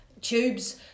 tubes